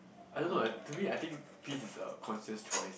I don't know eh to me I think peace is a conscious choice